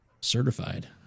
certified